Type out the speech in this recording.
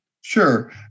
Sure